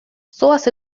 zoaz